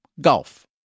Golf